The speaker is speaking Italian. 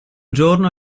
giorno